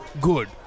Good